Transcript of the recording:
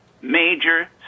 major